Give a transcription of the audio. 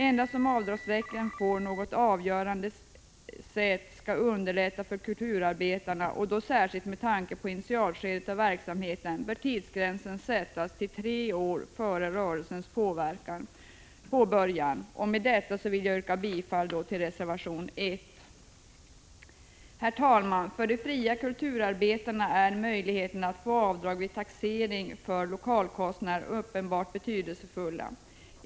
Endast om avdragsrätten på något avgörande sätt skall underlätta situationen för kulturarbetarna, och då särskilt med tanke på initialskedet av verksamheten, bör tidsgränsen sättas till tre år före rörelsens påbörjan. Med detta vill jag yrka bifall till reservation 1. Herr talman! För de fria kulturarbetarna är möjligheten att vid taxeringen få avdrag för lokalkostnaden uppenbarligen betydelsefull.